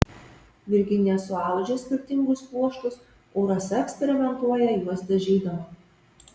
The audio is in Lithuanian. virginija suaudžia skirtingus pluoštus o rasa eksperimentuoja juos dažydama